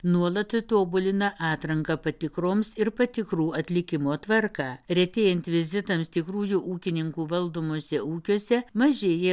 nuolat tobulina atranką patikroms ir patikrų atlikimo tvarką retėjant vizitams tikrųjų ūkininkų valdomuose ūkiuose mažėja